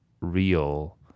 real